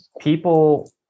People